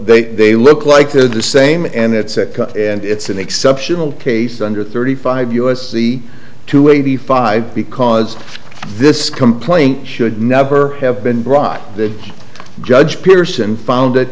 t they look like they're the same and that's it and it's an exceptional case under thirty five us the two eighty five because this complaint should never have been brought the judge pearson found